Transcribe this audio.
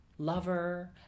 Lover